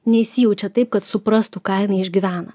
neįsijaučia taip kad suprastų ką jinai išgyvena